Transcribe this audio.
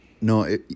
no